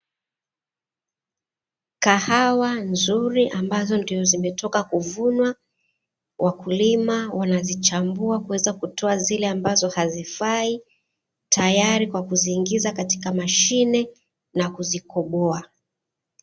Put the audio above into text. Kahawa nzuri ambazo ndio zimetoka kuvunwa, wakulima wanazichambua kuweza kutoa zile ambazo hazifai tayari kwa kuziingiza katika mashine na kuzikoboa.